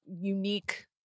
unique